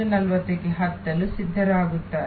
40 ಕ್ಕೆ ಹತ್ತಲು ಸಿದ್ಧರಾಗುತ್ತಾರೆ